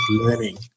learning